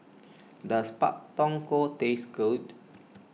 does Pak Thong Ko taste good